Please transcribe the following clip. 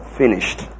finished